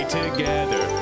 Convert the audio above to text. together